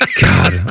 God